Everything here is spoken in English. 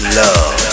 love